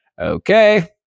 okay